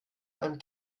einem